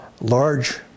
large